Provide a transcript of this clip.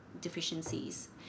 deficiencies